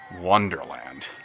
Wonderland